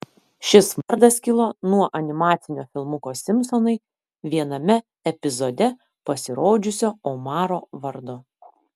šis vardas kilo nuo animacinio filmuko simpsonai viename epizode pasirodžiusio omaro vardo